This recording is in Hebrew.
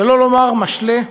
שלא לומר משלה,